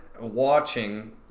watching